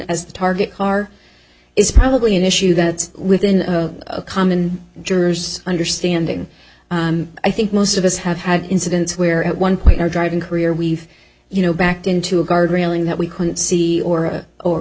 as the target car is probably an issue that's within a common juror's understanding i think most of us have had incidents where at one point our driving career we've you know backed into a guardrail and that we couldn't see or or